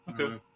okay